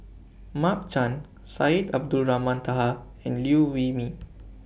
Mark Chan Syed Abdulrahman Taha and Liew Wee Mee